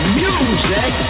music